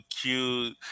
cute